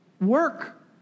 Work